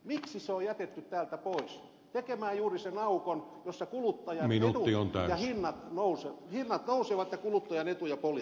miksi se on jätetty täältä pois tekemään juuri sen aukon jossa hinnat nousevat ja kuluttajan etuja poljetaan